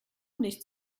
nicht